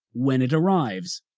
when it arrives,